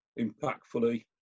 impactfully